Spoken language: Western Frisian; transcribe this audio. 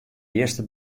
earste